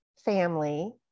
family